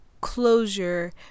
closure